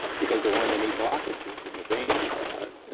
because there weren't any blockages in the veins of the heart.